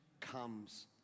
comes